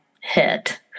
hit